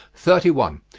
thirty one.